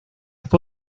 fue